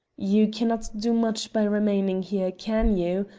you cannot do much by remaining here, can you,